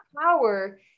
power